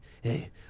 hey